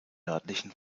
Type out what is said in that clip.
nördlichen